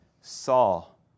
Saul